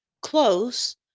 close